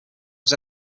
was